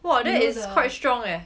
!wah! that is quite strong eh